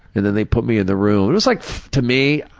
and then they put me in the room. and it's like to me,